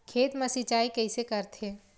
खेत मा सिंचाई कइसे करथे?